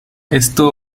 esto